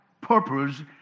purpose